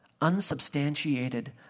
unsubstantiated